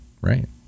Right